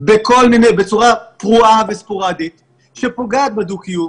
בצורה פרועה וספורדית שפוגעת בדו-קיום,